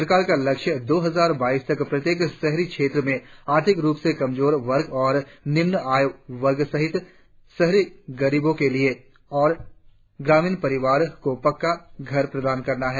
सरकार का लक्ष्य दो हजार बाईस तक प्रत्येक शहरी क्षेत्रों में आर्थिक रुप से कमजोर वर्ग और निम्न आय वर्ग सहित शहरी गरीबों के लिए और ग्रामीण परिवार को पक्का घर प्रदान करना है